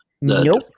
Nope